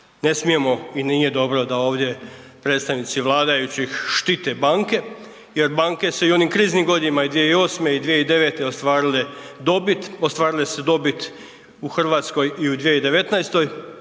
Ne smijemo i nije dobro da ovdje predstavnici vladajućih štite banke jer banke su i u onim kriznim godinama i 2008. i 2009. ostvarile dobit, ostvarile su dobit